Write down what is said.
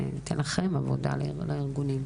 אני אתן עבודה לארגונים,